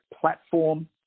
platform